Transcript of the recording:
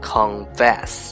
Confess